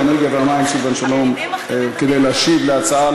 האנרגיה והמים סילבן שלום כדי להשיב על ההצעות